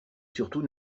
surtout